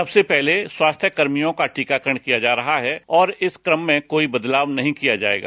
सबसे पहले स्वास्थ्य कर्मियों का टीकाकरण किया जा रहा है और इस क्रम में कोई बदलाव नहीं किया जाएगा